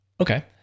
Okay